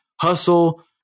hustle